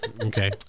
okay